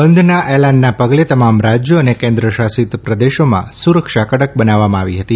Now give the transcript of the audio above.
બંધના એલાનના પગલે તમામ રાજ્યો અને કેન્દ્ર શાસિત પ્રદેશોમાં સુરક્ષા કડક બનાવવામાં આવી હતી